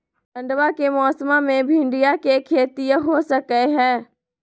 ठंडबा के मौसमा मे भिंडया के खेतीया हो सकये है?